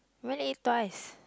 went and eat twice